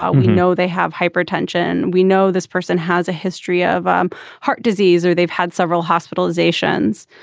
ah we know they have hypertension. we know this person has a history of um heart disease or they've had several hospitalizations.